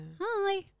hi